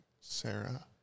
Sarah